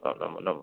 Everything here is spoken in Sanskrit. हा नमो नमः